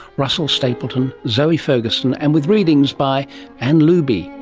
russell stapleton, zoe ferguson, and with readings by anne looby,